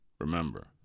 Remember